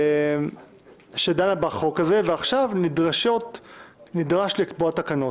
ועדה דנה בחוק הזה ועכשיו נדרש לקבוע תקנות.